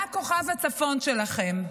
מה כוכב הצפון שלכם?